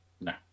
No